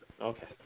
Okay